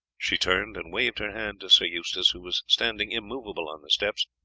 she turned and waved her hand to sir eustace, who was standing immovable on the steps,